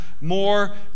more